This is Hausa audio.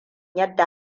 yadda